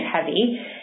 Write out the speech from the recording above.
heavy